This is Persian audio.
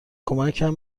کمکم